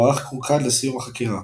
המערך קורקע עד לסיום החקירה.